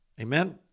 Amen